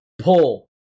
pull